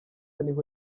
niho